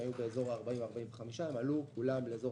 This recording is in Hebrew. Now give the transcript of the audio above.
הן היו באזור ה-40% 45%. הן עלו כולן לאזור